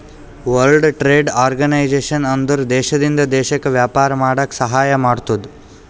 world Trade Organization ಅಂದುರ್ ದೇಶದಿಂದ್ ದೇಶಕ್ಕ ವ್ಯಾಪಾರ ಮಾಡಾಕ ಸಹಾಯ ಮಾಡ್ತುದ್